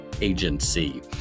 agency